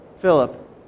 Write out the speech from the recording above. Philip